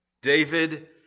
David